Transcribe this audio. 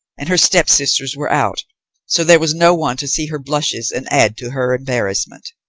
and her stepsisters were out so there was no one to see her blushes and add to her embarrassment.